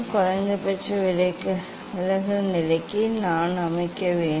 குறைந்தபட்ச விலகல் நிலைக்கு நான் அமைக்க வேண்டும்